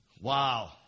Wow